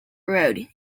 road